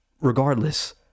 regardless